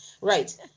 right